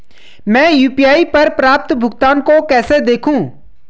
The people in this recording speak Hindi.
मैं यू.पी.आई पर प्राप्त भुगतान को कैसे देखूं?